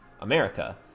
America